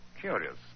Curious